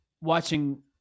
watching